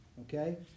Okay